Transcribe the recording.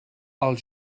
als